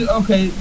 okay